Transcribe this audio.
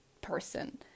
person